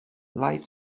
life